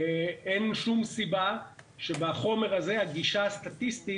אין שום סיבה שבחומר הזה הגישה הסטטיסטית,